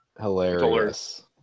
Hilarious